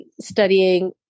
studying